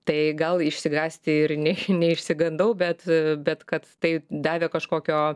tai gal išsigąsti ir ne neišsigandau bet bet kad tai davė kažkokio